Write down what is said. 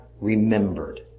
remembered